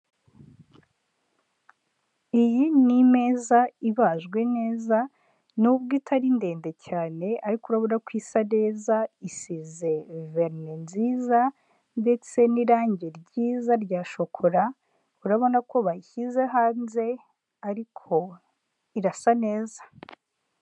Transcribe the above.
Iyi ni imeza ibajwe neza, n'ubwo itari ndende cyane ariko urabona ko isa neza, isize verine nziza, ndetse n'irangi ryiza rya shokora, urabona ko bayishyize hanze ariko irasa neza.